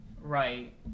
Right